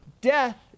death